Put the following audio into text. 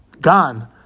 gone